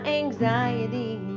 anxiety